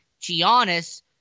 Giannis